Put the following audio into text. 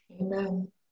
Amen